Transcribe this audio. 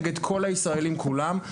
נגד כל הישראלים כולם.